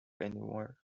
anymore